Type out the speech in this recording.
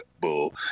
bull